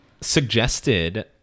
suggested